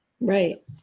Right